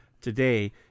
today